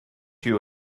you